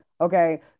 okay